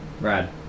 Brad